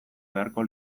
beharko